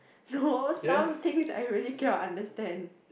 no some things I really cannot understand